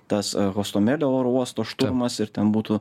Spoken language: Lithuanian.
tas hostomelio oro uosto šturmas ir ten būtų